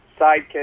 sidekick